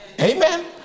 Amen